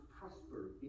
prosper